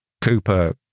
Cooper